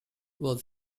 was